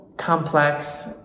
complex